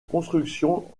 construction